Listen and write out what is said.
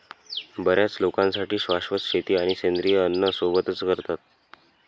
बर्याच लोकांसाठी शाश्वत शेती आणि सेंद्रिय अन्न सोबतच करतात